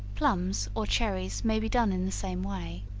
plums or cherries may be done in the same way.